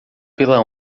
pela